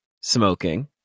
smoking